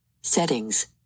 Settings